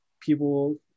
people